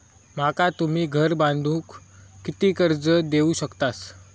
माका तुम्ही घर बांधूक किती कर्ज देवू शकतास?